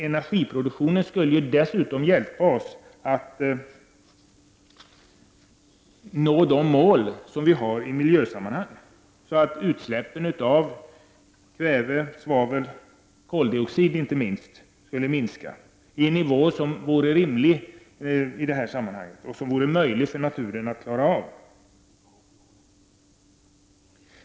Energiproduktionen skulle dessutom kunna hjälpa oss att nå de mål som vi har i miljösammanhang. Utsläppen av kväve, svavel och inte minst koldioxid skulle minska till en nivå som vore rimlig i sammanhanget och som naturen skulle kunna klara.